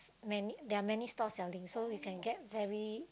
many there are many stall selling so you can get very